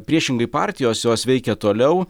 priešingai partijos jos veikia toliau